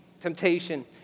Temptation